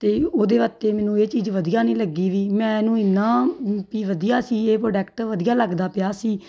ਅਤੇ ਉਹਦੇ ਵਾਸਤੇ ਮੈਨੂੰ ਇਹ ਚੀਜ਼ ਵਧੀਆ ਨਹੀਂ ਲੱਗੀ ਵੀ ਮੈਂ ਇਹਨੂੰ ਇੰਨਾ ਕੀ ਵਧੀਆ ਸੀ ਇਹ ਪ੍ਰੋਡਕਟ ਵਧੀਆ ਲੱਗਦਾ ਪਿਆ ਸੀ